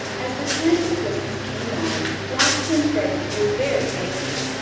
as the time for christmas came on flossie and freddie grew very anxious,